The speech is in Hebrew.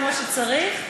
כמו שצריך.